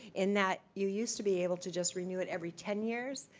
in that you used to be able to just renew it every ten years,